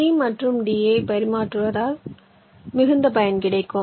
c மற்றும் d ஐ பரிமாற்றுவதால் மிகுந்த பயன் கிடைக்கும்